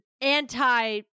anti